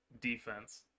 defense